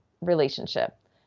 relationship